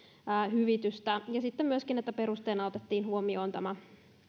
hyvitystä ja sitten myöskin että perusteena otettiin huomioon tämä